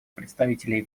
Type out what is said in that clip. представителей